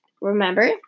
remember